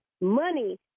money